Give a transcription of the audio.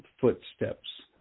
footsteps